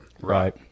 right